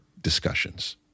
discussions